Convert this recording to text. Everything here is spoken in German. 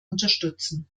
unterstützen